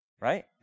Right